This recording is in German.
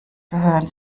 gehören